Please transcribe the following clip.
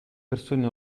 persone